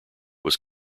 was